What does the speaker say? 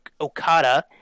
okada